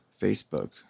Facebook